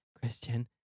Christian